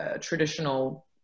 traditional